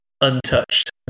untouched